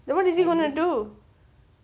then what is he gonna do